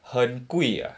很贵 ah